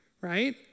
right